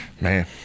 Man